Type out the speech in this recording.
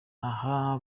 aha